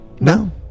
no